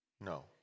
No